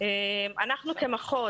אנחנו כמחוז